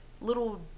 little